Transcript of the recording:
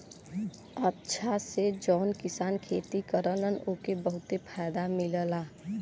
अचछा से जौन किसान खेती करलन ओके बहुते फायदा मिलला